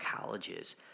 colleges